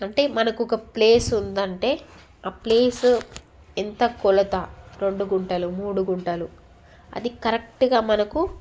అంటే మనకు ఒక ప్లేస్ ఉంది అంటే ఆ ప్లేస్ ఎంత కొలత రెండు గుంటలు మూడు గుంటలు అది కరెక్ట్గా మనకు